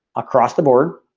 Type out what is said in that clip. across the board.